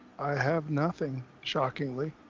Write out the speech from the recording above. i have nothing shockingly.